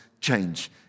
change